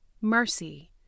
Mercy